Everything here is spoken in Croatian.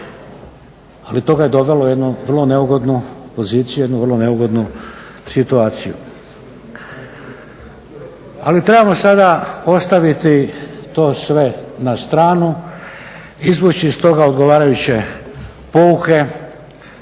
Ali to ga je dovelo u jednu vrlo neugodnu poziciju, jednu vrlo neugodnu situaciju. Ali trebamo sada ostaviti to sve na stranu, izvući iz toga odgovarajuće pouke